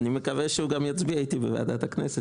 אני מקווה שהוא גם יצביע הייתי בוועדת הכנסת,